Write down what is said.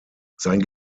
sein